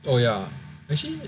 so ya actually